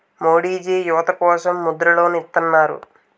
మోడీజీ యువత కోసం ముద్ర లోన్ ఇత్తన్నారు